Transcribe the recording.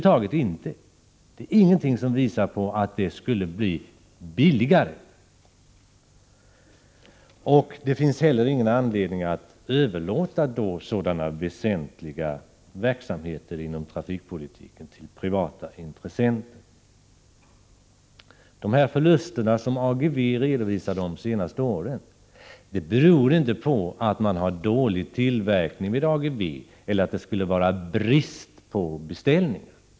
Det finns ingenting som visar på att det skulle bli billigare, och det finns heller ingen anledning att överlåta sådana väsentliga verksamheter inom trafikpolitiken till privata intressenter. De förluster som AGEVE redovisat de senaste åren beror inte på dålig tillverkning eller brist på beställningar.